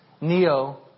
Neo